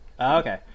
Okay